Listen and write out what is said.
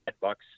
bucks